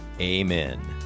Amen